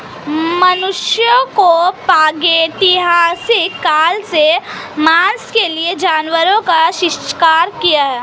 मनुष्यों ने प्रागैतिहासिक काल से मांस के लिए जानवरों का शिकार किया है